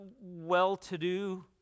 well-to-do